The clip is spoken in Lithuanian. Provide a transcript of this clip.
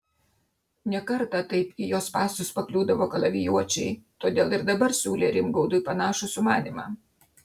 ne kartą taip į jo spąstus pakliūdavo kalavijuočiai todėl ir dabar siūlė rimgaudui panašų sumanymą